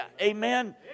Amen